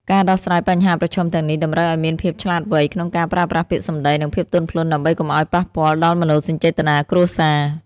ការដោះស្រាយបញ្ហាប្រឈមទាំងនេះ តម្រូវឱ្យមានភាពឆ្លាតវៃក្នុងការប្រើប្រាស់ពាក្យសម្ដី និងភាពទន់ភ្លន់ដើម្បីកុំឱ្យប៉ះពាល់ដល់មនោសញ្ចេតនាគ្រួសារ។